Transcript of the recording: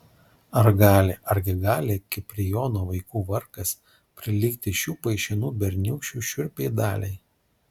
ar gali argi gali kiprijono vaikų vargas prilygti šių paišinų berniūkščių šiurpiai daliai